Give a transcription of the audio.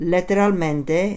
Letteralmente